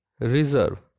reserve